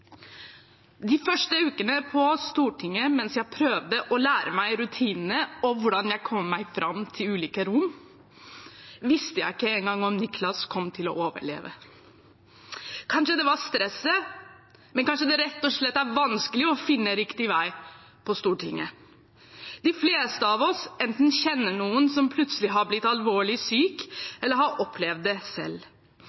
De første ukene på Stortinget, mens jeg prøvde å lære meg rutinene og hvordan jeg kom meg fram til ulike rom, visste jeg ikke engang om Nicholas kom til å overleve. Kanskje var det stresset, eller kanskje er det rett og slett vanskelig å finne riktig vei på Stortinget. De fleste av oss enten kjenner noen som plutselig har blitt alvorlig syk,